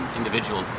individual